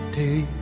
day